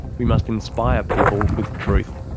we must inspire people with truth.